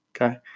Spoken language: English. okay